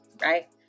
right